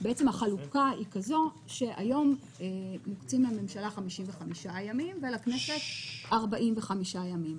החלוקה היא כזאת שהיום מוקצים לממשלה 55 ימים ולכנסת 45 ימים.